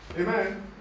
Amen